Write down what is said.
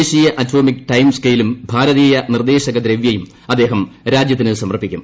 ദേശീയ atomic time സ്കെയിലും ഭാരതീയ നിർദ്ദേശക ദ്രവൃയും അദ്ദേഹം രാജ്യത്തിന് സമർപ്പിക്കും